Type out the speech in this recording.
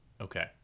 okay